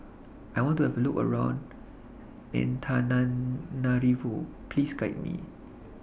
I want to Have A Look around Antananarivo Please Guide Me